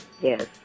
yes